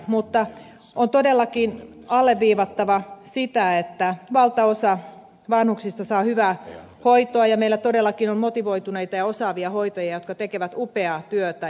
mutta on todellakin alleviivattava sitä että valtaosa vanhuksista saa hyvää hoitoa ja meillä todellakin on motivoituneita ja osaavia hoitajia jotka tekevät upeaa työtä